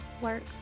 work